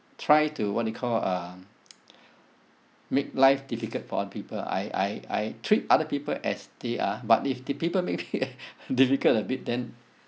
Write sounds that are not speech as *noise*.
try to what you call um *noise* make life difficult for other people I I I treat other people as they are but if the people makes me *breath* difficult a bit then